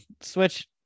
switch